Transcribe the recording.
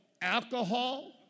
alcohol